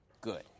good